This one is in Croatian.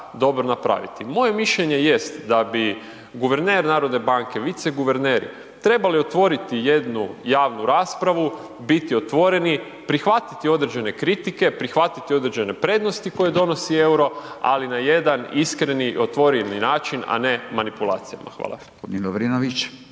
dobro napraviti. Moje mišljenje jest da bi guverner narodne banke, viceguverneri trebali otvoriti jednu javnu raspravu, biti otvoreni, prihvatiti određene kritike, prihvatiti određene prednosti koje donosi EUR-o ali na jedan iskreni otvoreni način, a ne manipulacijama. Hvala.